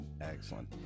excellent